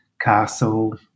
Castle